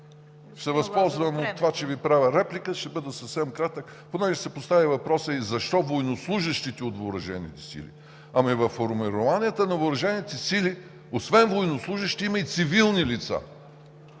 се възползвам от това, че Ви правя реплика, ще бъда съвсем кратък – понеже се постави и въпросът защо военнослужещите от въоръжените сили. Ами във формированията на въоръжените сили освен военнослужещи има и цивилни лица: